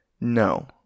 No